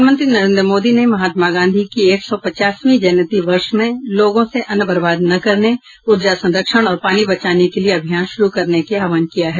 प्रधानमंत्री नरेन्द्र मोदी ने महात्मा गांधी की एक सौ पचासवीं जयंती वर्ष में लोगों से अन्न बर्बाद न करने ऊर्जा संरक्षण और पानी बचाने के लिए अभियान शुरू करने की आहवान किया है